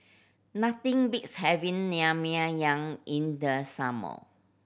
nothing beats having Naengmyeon in the summer